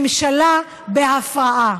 ממשלה בהפרעה.